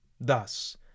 Thus